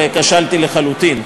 וכשלתי לחלוטין.